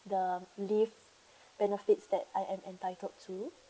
the leave benefits that I am entitled to